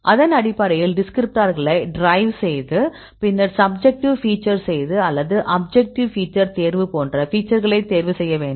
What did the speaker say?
அதன் அடிப்படையில் டிஸ்கிரிப்ட்டார்களை டிரைவ் செய்து பின்னர் சப்ஜெக்ட்டிவ் ஃபீச்சர் தேர்வு அல்லது அப்ஜெக்டிவ் ஃபீச்சர் தேர்வு போன்ற ஃபீச்சர்களை தேர்வு செய்ய வேண்டும்